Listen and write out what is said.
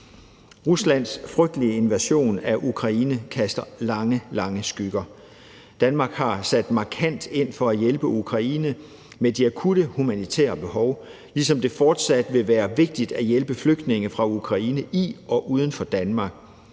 Ruslands frygtelige invasion af Ukraine kaster lange, lange skygger. Danmark har sat markant ind for at hjælpe Ukraine med hensyn til de akutte humanitære behov, ligesom det fortsat vil være vigtigt at hjælpe flygtninge fra Ukraine i og uden for Danmark.